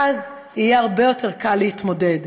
ואז יהיה הרבה יותר קל להתמודד,